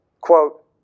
quote